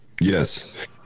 Yes